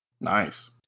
Nice